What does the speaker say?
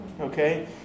Okay